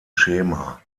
schema